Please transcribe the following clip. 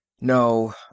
No